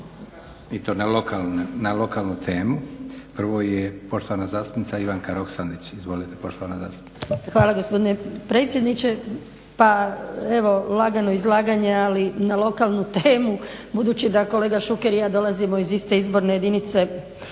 i to na lokalnu temu. Prvo je poštovana zastupnica Ivanka Roksandić. Izvolite poštovana zastupnice. **Roksandić, Ivanka (HDZ)** Hvala gospodine predsjedniče. Pa evo lagano izlaganje ali na lokalnu temu budući da kolega Šuker i ja dolazimo iz iste izborne jedinice.